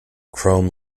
chrome